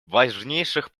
важнейших